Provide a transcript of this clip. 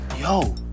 Yo